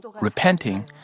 Repenting